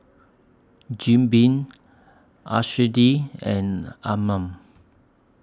Jim Beam and Anmum